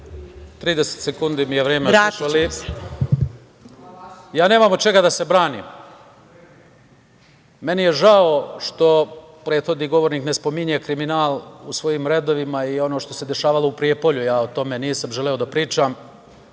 **Muamer Bačevac** Ja nemam od čega da se branim. Meni je žao što prethodni govornik ne spominje kriminal u svojim redovima i ono što se dešavalo u Prijepolju, ja o tome nisam želeo da pričam,